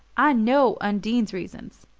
i know undine's reasons.